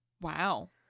wow